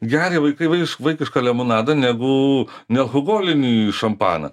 geria vaikai vaiš vaikišką lemonadą negu nealkoholinį šampaną